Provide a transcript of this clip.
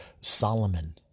Solomon